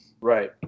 Right